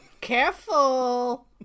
Careful